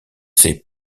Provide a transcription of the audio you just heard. ses